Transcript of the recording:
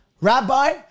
rabbi